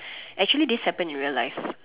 actually this happened in real life